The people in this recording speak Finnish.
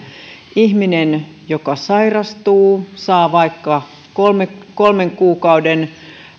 ihminen sairastuu saa vaikka kolmen kuukauden